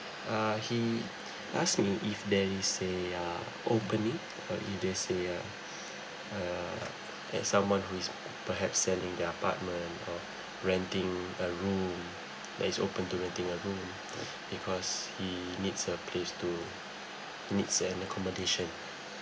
uh he ask me if there is a uh opening or if there's a uh uh there's someone who is perhaps selling their apartment or renting a room that is open to renting a room because he needs a place to meets and accommodation